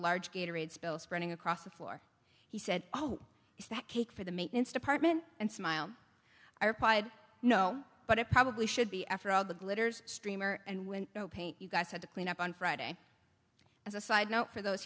large gator aid spill spreading across the floor he said oh is that cake for the maintenance department and smile i replied no but i probably should be after all the glitters streamer and when no paint you guys had to clean up on friday as a side note for those